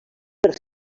per